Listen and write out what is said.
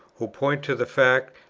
who point to the fact,